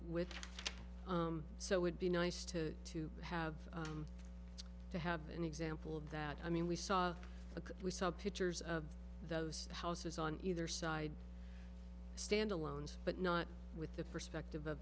would be nice to to have to have an example of that i mean we saw a we saw pictures of those houses on either side standalone but not with the perspective of